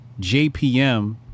JPM